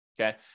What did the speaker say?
okay